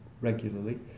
regularly